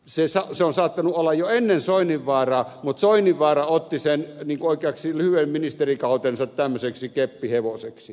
se on saattanut olla jo ennen soininvaaraa mutta soininvaara otti sen niin kuin oikeaksi tämmöiseksi lyhyen ministerikautensa keppihevoseksi